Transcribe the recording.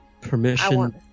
Permission